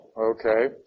okay